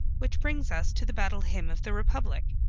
which brings us to the battle hymn of the republic,